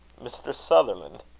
mr. sutherland?